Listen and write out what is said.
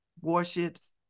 warships